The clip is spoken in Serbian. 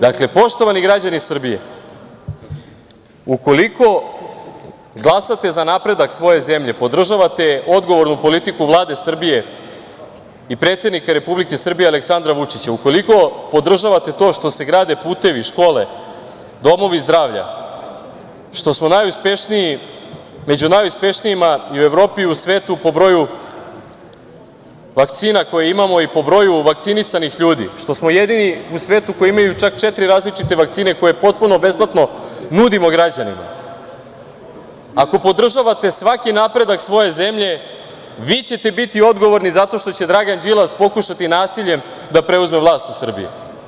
Dakle, poštovani građani Srbije, ukoliko glasate za napredak svoje zemlje, podržavate odgovornu politiku Vlade Srbije i predsednika Republike Srbije, Aleksandra Vučića, ukoliko podržavate to što se grade putevi, škole, domovi zdravlja, što smo među najuspešnijima u Evropi i u svetu po broju vakcina koje imamo i po broju vakcinisanih ljudi, što smo jedini u svetu koji imaju čak četiri različite vakcine koje potpuno besplatno nudimo građanima, ako podržavate svaki napredak svoje zemlje, vi ćete biti odgovorni zato što će Dragan Đilas pokušati nasiljem da preuzme vlast u Srbiji.